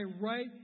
right